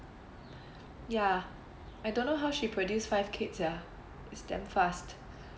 ya I don't know how she produced five kids sia it's damn fast